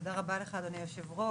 תודה רבה לך אדוני היושב-ראש.